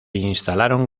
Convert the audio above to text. instalaron